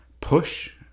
push